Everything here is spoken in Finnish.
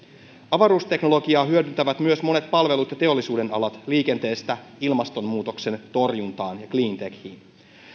avaruusteknologiaa hyödyntävät myös monet palvelut ja teollisuudenalat liikenteestä ilmastonmuutoksen torjuntaan ja cleantechiin